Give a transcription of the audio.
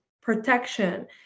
protection